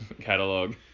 catalog